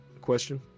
question